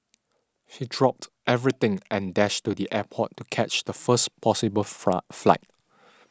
he dropped everything and dashed to the airport to catch the first possible flight